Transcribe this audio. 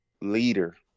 leader